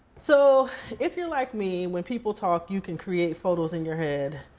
so if you're like me, when people talk you can create photos in your head.